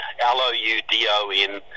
l-o-u-d-o-n